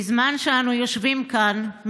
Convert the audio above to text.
בזמן שאנו יושבים כאן,